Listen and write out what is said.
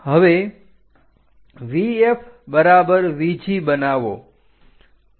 હવે VF બરાબર VG બનાવો